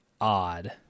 odd